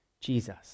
Jesus